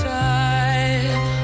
time